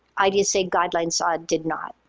idsa guidelines ah did not.